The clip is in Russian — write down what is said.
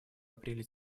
апреле